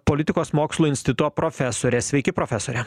politikos mokslų instito profesore sveiki profesore